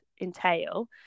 entail